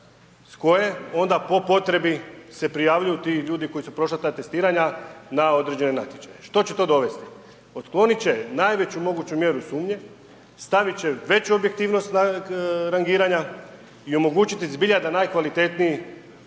s koje onda po potrebi se prijavljuju ti ljudi koji su prošla ta testiranja na određeni natječaj. Što će to dovesti? Otkloniti će najveću moguću mjeru sumnje, staviti će veću objektivnost nad rangiranja i omogućiti zbija da najkvalitetniji